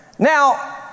Now